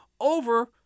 over